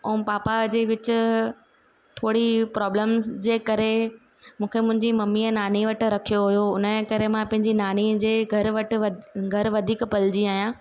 ऐं पापा जे विच थोरी प्रॉब्लम्स जे करे मूंखे मुंहिंजी मम्मीअ नानी वटि रखियो हुयो उन जे करे मां पंहिंजी नानी जे घरु वटि घरु वधीक पलिजी आहियां